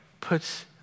puts